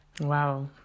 Wow